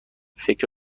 فکر